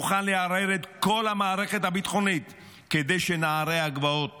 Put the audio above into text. מוכן לערער את כל המערכת הביטחונית כדי שנערי הגבעות